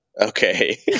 Okay